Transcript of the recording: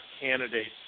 candidates